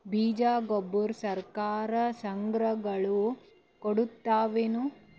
ಬೀಜ ಗೊಬ್ಬರ ಸರಕಾರ, ಸಂಘ ಗಳು ಕೊಡುತಾವೇನು?